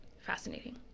Fascinating